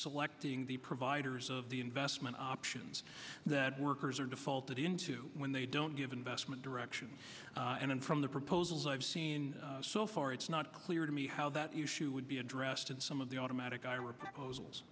selecting the providers of the investment options that workers are defaulted into when they don't give investment direction and from the proposals i've seen so far it's not clear to me how that issue would be addressed in some of the automatic i